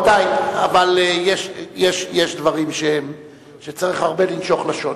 יש דברים שצריך הרבה לנשוך לשון.